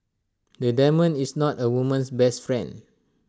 A diamond is not A woman's best friend